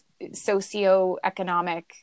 socioeconomic